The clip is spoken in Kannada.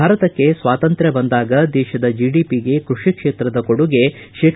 ಭಾರತಕ್ಕೆ ಸ್ವಾತಂತ್ರ ಬಂದಾಗ ದೇಶದ ಜಿಡಿಪಿಗೆ ಕೃಷಿಕ್ಷೇತ್ರದ ಕೊಡುಗೆ ಶೇ